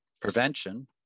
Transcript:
prevention